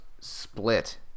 split